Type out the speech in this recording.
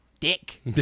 Dick